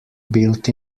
built